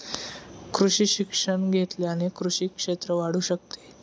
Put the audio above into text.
कृषी शिक्षण घेतल्याने कृषी क्षेत्र वाढू शकते